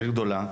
עיר גדולה.